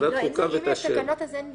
אם יש תקנות - אין בעיה.